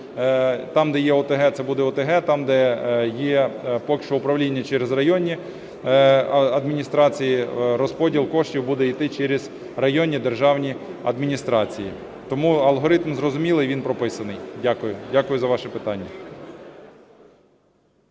Там, де є ОТГ, це буде ОТГ, там, де є поки що управління через районні адміністрації, розподіл коштів буде іти через районні державні адміністрації. Тому алгоритм зрозумілий, і він прописаний. Дякую. Дякую за ваше питання.